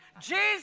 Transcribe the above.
Jesus